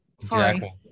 sorry